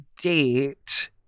date